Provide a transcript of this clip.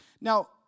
Now